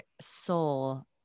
soul